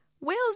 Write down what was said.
Whales